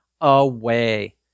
away